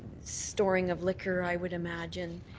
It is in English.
storing of liquor, i would imagine,